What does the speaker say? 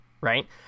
right